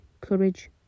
courage